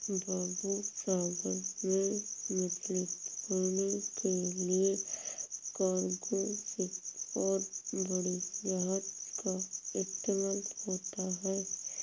बाबू सागर में मछली पकड़ने के लिए कार्गो शिप और बड़ी जहाज़ का इस्तेमाल होता है